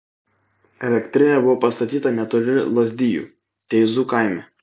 elektrinė buvo pastatyta netoli lazdijų teizų kaime